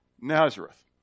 Nazareth